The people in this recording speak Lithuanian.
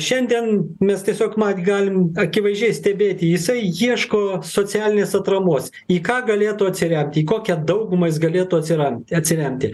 šiandien mes tiesiog mat galim akivaizdžiai stebėti jisai ieško socialinės atramos į ką galėtų atsiremti į kokią daugumą jis galėtų atsiram atsiremti